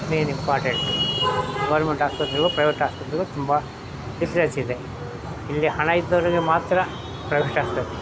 main important government ಆಸ್ಪತ್ರೆಗೂ private ಆಸ್ಪತ್ರೆಗೂ ತುಂಬ ವ್ಯತ್ಯಾಸ ಇದೆ ಇಲ್ಲಿ ಹಣ ಇದ್ದವರಿಗೆ ಮಾತ್ರ ಪ್ರೈವೇಟ್ ಆಸ್ಪತ್ರೆ